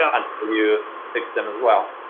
ah until you fix them as well.